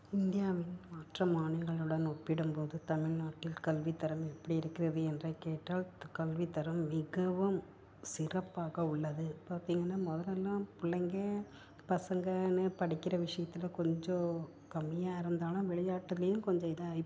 இந்தியாவின் மற்ற மாநிலங்களுடன் ஒப்பிடும் போது தமிழ்நாட்டில் கல்வி தரம் எப்படி இருக்கிறது என்றுக் கேட்டால் கல்வி தரம் மிகவும் சிறப்பாக உள்ளது பார்த்தீங்கன்னா முதலெல்லாம் பிள்ளைங்க பசங்கனு படிக்கிற விஷயத்துல கொஞ்சம் கம்மியாக இருந்தாலும் விளையாட்டுலேயும் கொஞ்சம் இதாக இப்போ